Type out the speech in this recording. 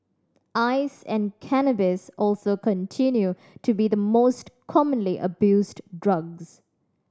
ice and cannabis also continue to be the most commonly abused drugs